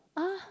!huh!